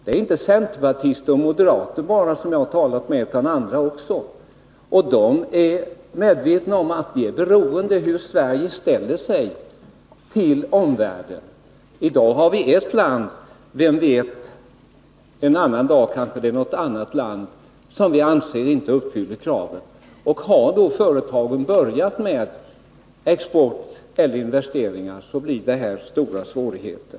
Det är inte bara centerpartister och moderater som jag har talat med utan också andra, och de är medvetna om att de är beroende av hur Sverige ställer sig till omvärlden. I dag gäller det ett land. Vem vet —en annan dag kanske det är något annat land som vi inte anser uppfyller kraven. Har då företagen börjat exportera till eller investera i ett sådant land uppstår stora svårigheter.